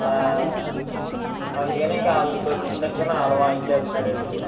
అందుకని ఇంక వీళ్ళకి తరుపున వాళ్ళు వాదించేత్తన్నారండి